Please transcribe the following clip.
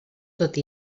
tot